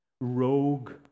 rogue